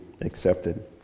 accepted